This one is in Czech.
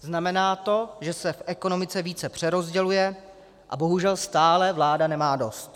Znamená to, že se v ekonomice více přerozděluje, a bohužel stále vláda nemá dost.